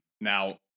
Now